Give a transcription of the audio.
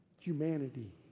humanity